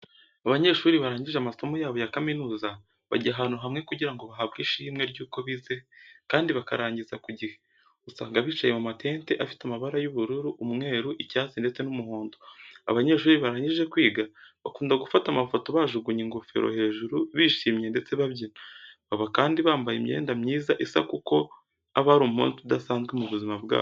Abanyeshuri barangije amasomo yabo ya kaminuza, bajya abantu hamwe kugira ngo bahabwe ishimwe ry'uko bize kandi bakarangiza ku gihe. Usanga bicaye mu matente afite amabara y'ubururu, umweru, icyatsi, ndetse n'umuhondo. Abanyeshuri barangije kwiga bakunda gufata amafoto bajugunye ingofero hejuru, bishimye, ndetse babyina. Baba kandi bambaye imyenda myiza isa kuko aba ari umunsi udasanzwe mu buzima bwabo.